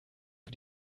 für